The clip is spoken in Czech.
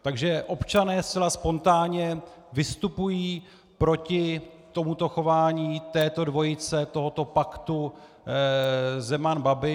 Takže občané zcela spontánně vystupují proti tomuto chování této dvojice, tohoto paktu Zeman Babiš.